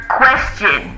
question